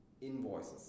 invoices